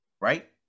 right